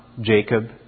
Jacob